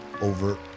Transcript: over